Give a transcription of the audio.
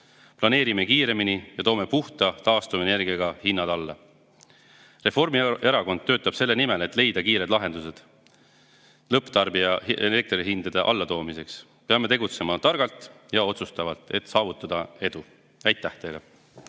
Planeerime kiiremini ja toome puhta taastuvenergiaga hinnad alla. Reformierakond töötab selle nimel, et leida kiired lahendused lõpptarbijale elektrihindade allatoomiseks. Peame tegutsema targalt ja otsustavalt, et saavutada edu. Aitäh teile!